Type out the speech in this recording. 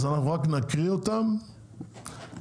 אז אנחנו רק נקריא אותן וזהו,